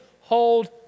hold